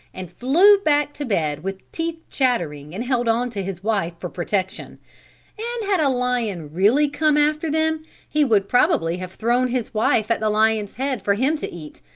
and flew back to bed with teeth chattering and held on to his wife for protection and had a lion really come after them he would probably have thrown his wife at the lion's head for him to eat,